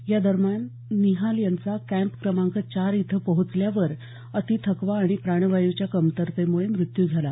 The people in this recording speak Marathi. या दरम्यान निहाल यांचा कॅम्प क्रमांक चार इथं पोहोचल्यावर अति थकवा आणि प्राणवायूच्या कमतरतेमुळे मृत्यू झाला